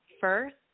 first